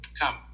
come